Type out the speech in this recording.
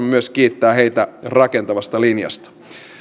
myös kiittää heitä rakentavasta linjasta